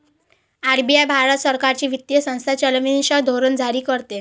RBI Bharat सरकारची वित्तीय संस्था चलनविषयक धोरण जारी करते